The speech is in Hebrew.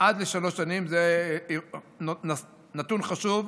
עד לשלוש שנים, זה נתון חשוב,